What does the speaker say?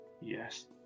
Yes